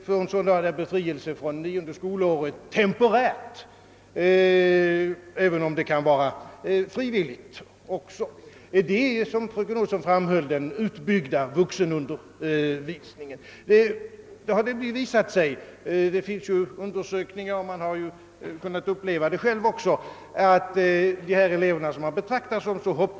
Vid undersökningar har det nämligen visat sig — och jag har upplevt det själv — att elever, som har betraktats som hopplösa på grund av skoltrötthet, blir en helt annan typ människor efter några år. Om möjligheterna då är större — vilket de säkerligen kommer att bli — att tillgodogöra sig vuxenutbildningen, som kommer att vara differentierad, anser jag, att de på det ena eller andra sättet kan befrias från det nionde skolåret.